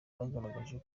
bwagaragaje